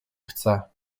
chce